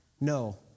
No